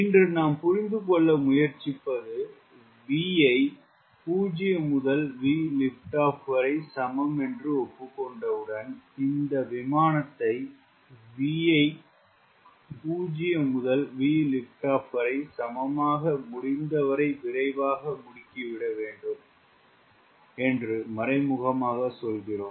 இன்று நாம் புரிந்து கொள்ள முயற்ச்சிப்பது V ஐ 0 முதல் VLO வரை சமம் என்று ஒப்புக் கொண்டவுடன் இந்த விமானத்தை V ஐ 0 முதல் VLO வரை சமமாக முடிந்தவரை விரைவாக முடுக்கிவிட வேண்டும் என்று மறைமுகமாக சொல்கிறோம்